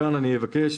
כאן אבקש,